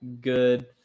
good